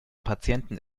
patienten